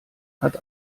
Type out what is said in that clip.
hat